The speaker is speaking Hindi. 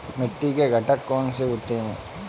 मिट्टी के घटक कौन से होते हैं?